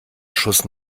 schuss